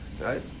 right